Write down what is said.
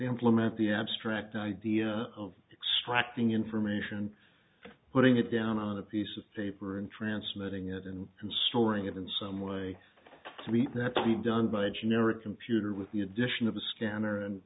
implement the abstract idea of extracting information and putting it down on a piece of paper and transmitting it and storing it in some way to be that could be done by a generic computer with the addition of a scanner and